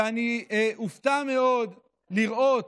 ואני אופתע מאוד לראות